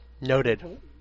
Noted